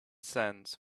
sends